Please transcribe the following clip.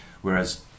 Whereas